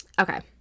okay